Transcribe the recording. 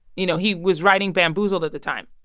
you know, he was writing bamboozled at the time,